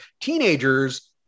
teenagers